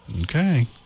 Okay